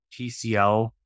tcl